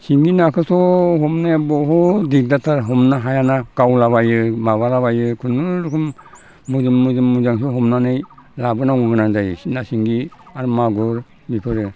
सिंगि नाखौथ' हमनाया बहुद दिगदारथार हमनो हायाना गावलाबायो माबालाबायो खुनुरखम मोदोम मोदोम मोजांखौ हमनानै लाबोनांगौ जायो ना सिंगि आरो मागुर बिफोरो